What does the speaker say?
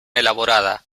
elaborada